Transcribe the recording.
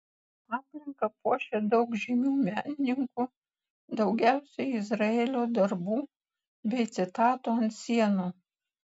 aplinką puošia daug žymių menininkų daugiausiai izraelio darbų bei citatų ant sienų